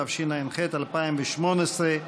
התשע"ח 2018,